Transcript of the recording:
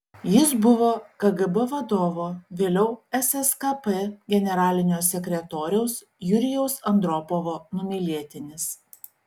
jis buvo kgb vadovo vėliau sskp generalinio sekretoriaus jurijaus andropovo numylėtinis